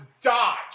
dodge